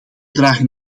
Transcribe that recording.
dragen